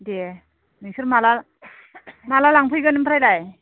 दे नोंसोर माला माला लांफैगोन ओमफ्रायलाय